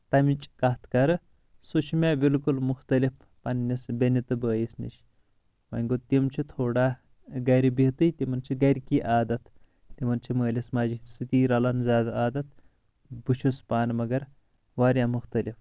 تمِچ کتھ کرٕ سُہ چھُ مےٚ بالکُل مختٔلِف پننِس بیٚنہِ تہٕ بٲیِس نِش وۄنۍ گٚوو تِم چھِ تھوڑا گرِ بہتھی تِمن چھِ گرِکی عادت تِمن چھِ مٲلس ماجہِ سۭتی رلان زیادٕ عادت بہٕ چھُس پانہٕ مگر واریاہ مختٔلِف